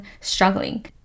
struggling